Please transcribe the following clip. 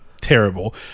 terrible